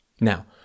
Now